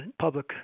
public